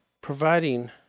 providing